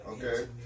Okay